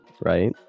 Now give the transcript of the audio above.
right